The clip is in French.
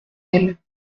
elles